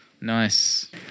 nice